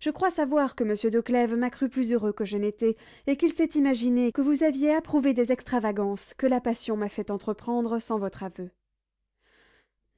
je crois savoir que monsieur de clèves m'a cru plus heureux que je n'étais et qu'il s'est imaginé que vous aviez approuvé des extravagances que la passion m'a fait entreprendre sans votre aveu